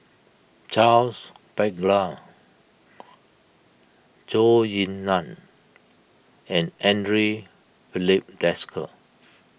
Charles Paglar Zhou Ying Nan and andre Filipe Desker